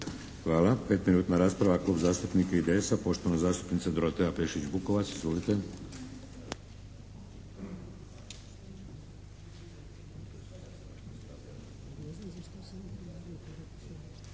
Hvala. 5-minutna rasprava. Klub zastupnika IDS-a, poštovana zastupnica Dorotea Pešić-Bukovac.